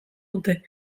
dute